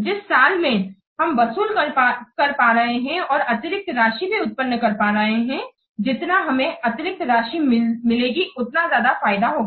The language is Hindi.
जिस साल में हम वसूल कर पा रहे हैं और अतिरिक्त राशि भी उत्पन्न कर पा रहे है जितना हमें अतिरिक्त राशि मिलेगी उतना ज्यादा फायदा होगा